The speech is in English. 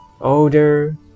Older